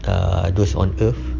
err those on earth